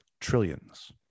trillions